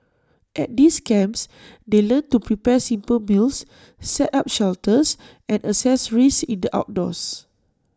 at these camps they learn to prepare simple meals set up shelters and assess risks in the outdoors